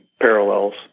parallels